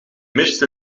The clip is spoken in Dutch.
mist